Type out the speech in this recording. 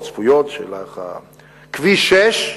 כביש 6,